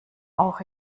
auch